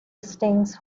hastings